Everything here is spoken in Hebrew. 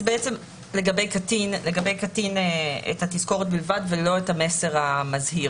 לגבי קטין את התזכורת בלבד ולא את המסר המזהיר.